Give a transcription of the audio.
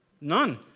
None